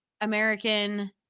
American